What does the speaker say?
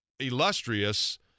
illustrious